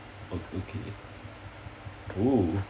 oh okay !oo!